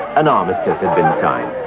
an armistice had been signed